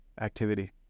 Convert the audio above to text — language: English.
activity